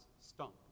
stump